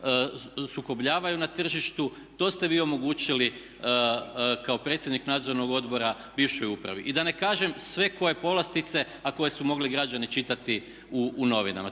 sukobljavaju na tržištu, to ste vi omogućili kao predsjednik nadzornog odbora bivšoj upravi. I da ne kažem sve koje povlastice a koje su mogli građani čitati u novinama.